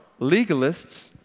legalists